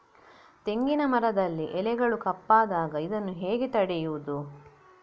ತೆಂಗಿನ ಮರದಲ್ಲಿ ಎಲೆಗಳು ಕಪ್ಪಾದಾಗ ಇದನ್ನು ಹೇಗೆ ತಡೆಯುವುದು?